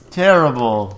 terrible